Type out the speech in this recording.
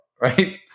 right